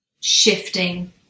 shifting